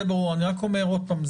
אני רק אומר עוד פעם,